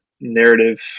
narrative